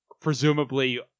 presumably